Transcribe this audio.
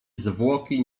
zwłoki